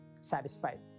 satisfied